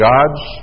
God's